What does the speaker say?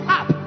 up